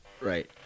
Right